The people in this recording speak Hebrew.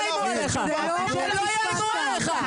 שלא יאיימו עליך.